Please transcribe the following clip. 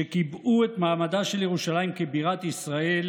שקיבעו את מעמדה של ירושלים כבירת ישראל,